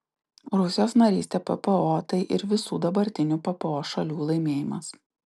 rusijos narystė ppo tai ir visų dabartinių ppo šalių laimėjimas